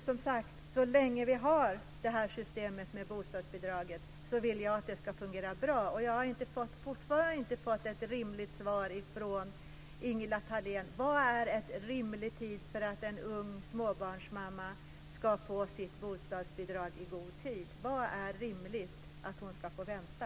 Så länge vi har systemet med bostadsbidraget vill jag att det ska fungera bra. Jag har fortfarande inte fått ett riktigt svar från Ingela Thalén. Vad är en rimlig tid för att en ung småbarnsmamma ska få sitt bostadsbidrag i god tid? Hur länge är det rimligt att hon ska få vänta?